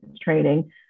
training